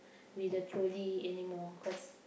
with the trolley anymore cause